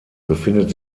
befindet